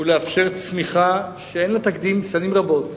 ולאפשר צמיחה, שאין לה תקדים שנים רבות,